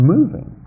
moving